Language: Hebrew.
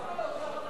למה לא שר הפנים?